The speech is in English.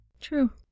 True